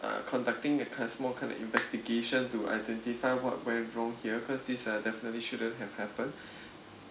uh conducting a small kind of investigation to identify what went wrong here because this uh definitely shouldn't have happened